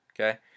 okay